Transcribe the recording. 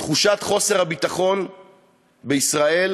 תחושת חוסר הביטחון בישראל,